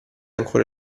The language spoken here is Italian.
ancora